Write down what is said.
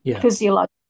physiological